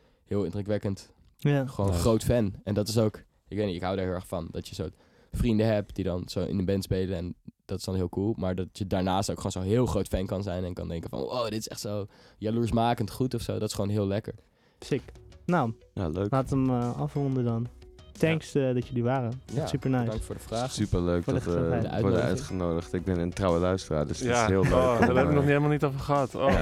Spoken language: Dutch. Heel indrukwekkend. Ja. Gewoon een Nice. groot fan. En dat is ook- ik weet niet, ik hou daar heel erg van, dat je zo vrienden hebt die dan zo in een band spelen en dat is dan heel cool, maar dat je daarnaast ook gewoon zo'n heel groot fan kan zijn en kan denken van, "Wow, dit is echt zo jaloersmakend goed of zo." Dat is gewoon heel lekker. Sick. Nou, Ja, leuk. laat hem, eh, afronden dan. Thanks, Ja. eh, dat jullie waren. Echt Ja, supernice. dank voor de vraag. Superleuk Voor de dat, gegeven- eh, de we worden uitnodiging. uitgenodigd. Ik ben een trouwe luisteraar, dus het is Ja. heel leuk Oh, om, daar heb ik eh, nog niet- helemaal niet over gehad. Oh.